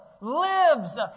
lives